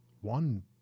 one